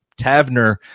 Tavner